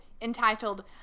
entitled